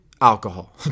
alcohol